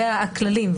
זה הכללים.